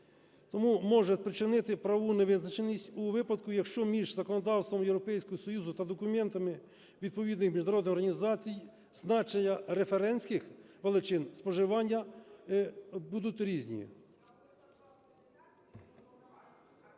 тому може спричинити правову невизначеність у випадку, якщо між законодавством Європейського Союзу та документами відповідних міжнародних організацій значення референсних величин споживання будуть різні.